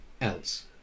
else